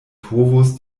povos